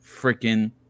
freaking